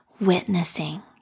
witnessing